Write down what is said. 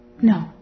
No